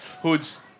hoods